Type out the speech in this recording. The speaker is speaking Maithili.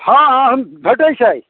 हँ हँ हब भेटैत छै